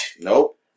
Nope